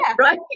right